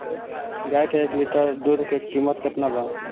गाय के एक लिटर दूध के कीमत केतना बा?